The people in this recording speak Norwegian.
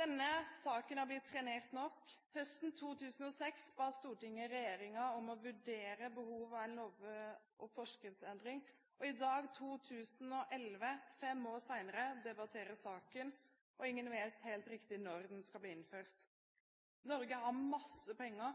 Denne saken er blitt trenert nok. Høsten 2006 ba Stortinget regjeringen om å vurdere behovet for en lov- og forskriftsendring. I dag – i 2011, fem år senere – debatteres saken, og ingen vet helt riktig når endringen skal bli innført. Norge har masse penger,